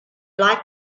like